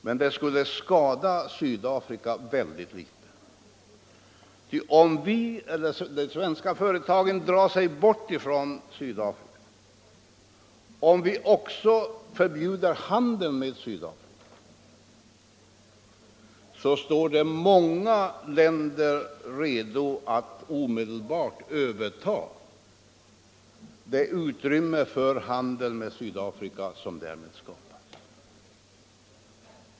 Men det skulle skada Sydafrika väldigt litet. Om alla svenska företag i Sydafrika drar sig tillbaka därifrån liksom också om vi förbjuder all handel med Sydafrika, står många länder redo att omedelbart överta det utrymme för handel med Sydafrika som därmed skapas.